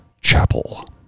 Chapel